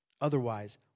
Otherwise